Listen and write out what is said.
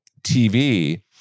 TV